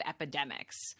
epidemics